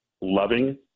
loving